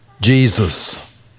Jesus